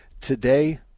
Today